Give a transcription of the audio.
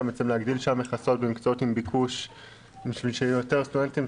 צריך להגדיל שם מכסות עם ביקוש בשביל שיהיו יותר סטודנטים,